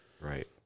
Right